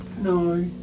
no